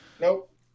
Nope